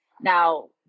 Now